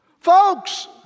Folks